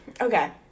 Okay